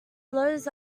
blows